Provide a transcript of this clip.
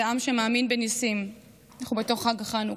זה עם שמאמין בניסים, ואנחנו בתוך חג החנוכה.